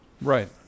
Right